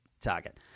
target